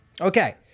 Okay